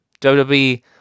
WWE